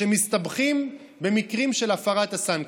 שמסתבכים במקרים של הפרת הסנקציה.